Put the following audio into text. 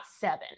seven